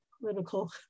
political